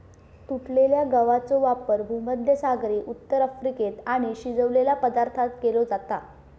तुटलेल्या गवाचो वापर भुमध्यसागरी उत्तर अफ्रिकेत आणि शिजवलेल्या पदार्थांत केलो जाता